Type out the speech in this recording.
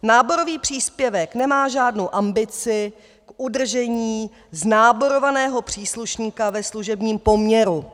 Náborový příspěvek nemá žádnou ambici k udržení znáborovaného příslušníka ve služebním poměru.